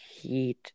heat